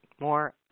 more